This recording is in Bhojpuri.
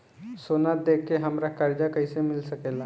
सोना दे के हमरा कर्जा कईसे मिल सकेला?